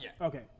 Okay